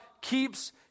keeps